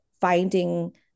finding